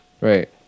Right